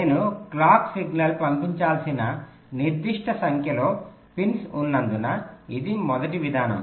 నేను clock signal పంపించాల్సిన నిర్దిష్ట సంఖ్యలో పిన్స్ ఉన్నందున ఇది మొదటి విధానం